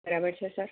બરાબર છે સર